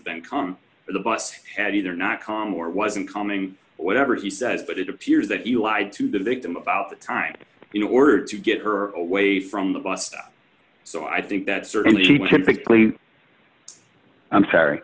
think on the bus at either not calm or wasn't coming whatever he said but it appears that you lied to the victim about the time in order to get her away from the bus so i think that certainly i'm sorry